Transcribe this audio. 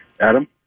Adam